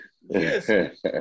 Yes